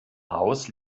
haus